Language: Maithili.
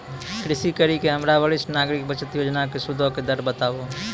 कृपा करि के हमरा वरिष्ठ नागरिक बचत योजना के सूदो के दर बताबो